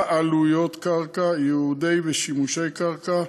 בעלויות קרקע, ייעודי ושימושי קרקע,